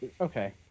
Okay